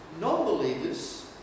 non-believers